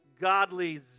godly